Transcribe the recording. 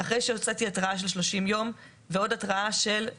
אחרי שהוצאתי התראה של 30 ימים ועוד התראה של 14 ימים.